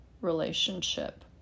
relationship